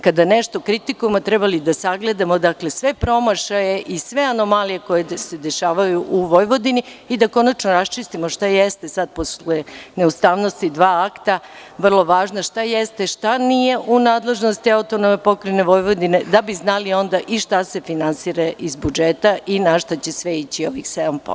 Kada nešto kritikujemo, trebalo bi da sagledamo sve promašaje i sve anomalije koje se dešavaju u Vojvodini da konačno raščistimo šta jeste sad, posle neustavnosti dva akta, vrlo važno, šta jeste, šta nije u nadležnosti AP Vojvodine, da bi znali onda i šta se finansira iz budžeta i na šta će ići ovih 7%